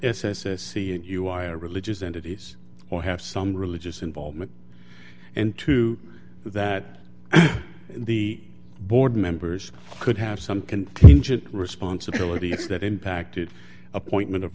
seeing you are religious entities or have some religious involvement and two that the board members could have some contingent responsibilities that impacted appointment of